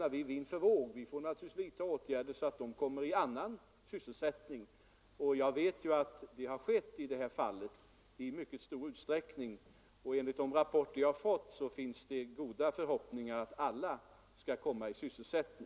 Vi får naturligtvis vidta åtgärder för att ge dem annan sysselsättning, och jag vet att det i det här fallet har skett i mycket stor utsträckning. Enligt de rapporter jag har fått finns det goda förhoppningar om att alla skall komma i sysselsättning.